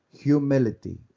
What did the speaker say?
humility